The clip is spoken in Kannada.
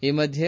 ಈ ಮಧ್ಯೆ